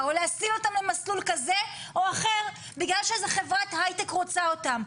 או להסיע אותם במסלול כזה או אחר בגלל שאיזה חברת היי טק רוצה אותם,